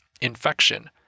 infection